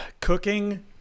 Cooking